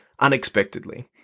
unexpectedly